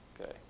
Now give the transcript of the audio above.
okay